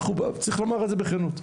צריך לומר את זה בכנות.